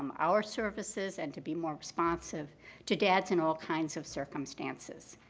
um our services and to be more responsive to dads in all kinds of circumstances.